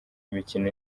imikino